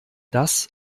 das